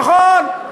נכון.